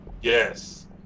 Yes